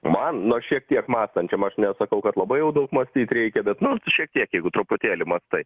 man nors šiek tiek mąstančiam aš nesakau kad labai jau daug mąstyt reikia bet nu šiek tiek jeigu truputėlį mąstai